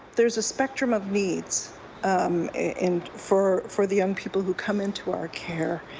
there's a spectrum of needs um and for for the young people who come into our care.